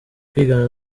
kwigana